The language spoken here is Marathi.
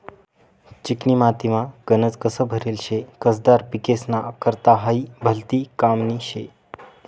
चिकनी मातीमा गनज कस भरेल शे, कसदार पिकेस्ना करता हायी भलती कामनी शे